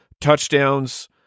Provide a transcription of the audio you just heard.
touchdowns